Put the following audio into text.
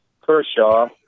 Kershaw